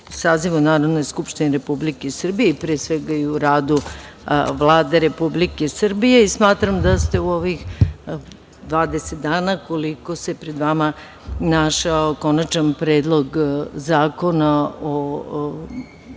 sazivu Narodne skupštine Republike Srbije i pre svega u radu Vlade Republike Srbije. Smatram da se u ovih 20 dana koliko se pred vama našao konačan Predlog zakona o